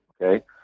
Okay